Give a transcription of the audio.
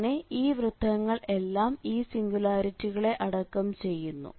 അങ്ങനെ ഈ വൃത്തങ്ങൾ എല്ലാം ഈ സിംഗുലാരിറ്റികളെ അടക്കം ചെയ്യുന്നു